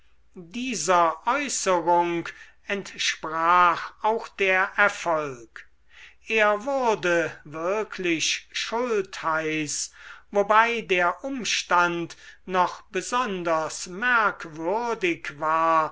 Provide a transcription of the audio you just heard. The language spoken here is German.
dieser äußerung entsprach auch der erfolg er wurde wirklich schultheiß wobei der umstand noch besonders merkwürdig war